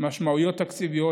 משמעויות תקציביות,